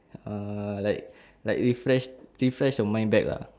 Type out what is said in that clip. uh like like refresh refresh your mind back lah